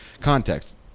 context